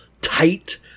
tight